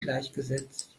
gleichgesetzt